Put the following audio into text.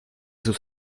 sus